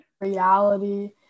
reality